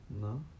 No